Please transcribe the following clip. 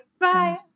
Bye